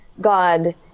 god